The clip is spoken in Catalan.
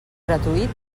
gratuït